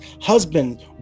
husband